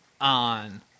on